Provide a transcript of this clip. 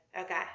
Okay